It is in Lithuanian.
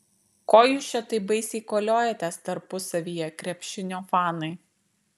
ko jūs čia taip baisiai koliojatės tarpusavyje krepšinio fanai